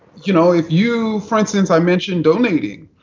you know, if you, for instance, i mentioned donating.